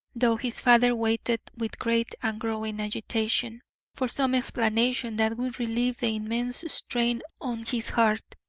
though his father waited with great and growing agitation for some explanation that would relieve the immense strain on his heart.